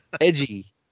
Edgy